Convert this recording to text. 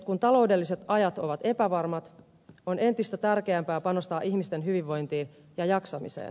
kun taloudelliset ajat ovat epävarmat on entistä tärkeämpää panostaa ihmisten hyvinvointiin ja jaksamiseen